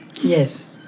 Yes